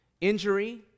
injury